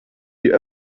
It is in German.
die